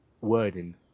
wording